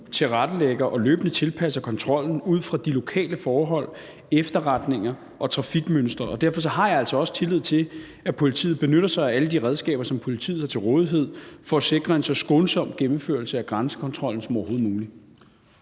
tilrettelægger og løbende tilpasser kontrollen ud fra de lokale forhold, efterretninger og trafikmønstre, og derfor har jeg altså også tillid til, at politiet benytter sig af alle de redskaber, som politiet har til rådighed, for at sikre en så skånsom gennemførelse af grænsekontrollen som overhovedet muligt.